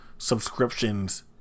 subscriptions